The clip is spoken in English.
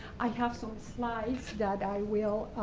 i have some slides that i will